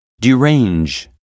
derange